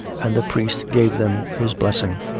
and the priest gave them his blessing.